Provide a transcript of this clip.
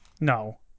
No